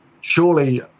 surely